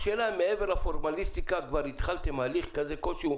השאלה האם מעבר לפורמליסטיקה התחלתם הליך כלשהו